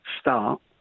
start